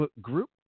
group